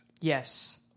Yes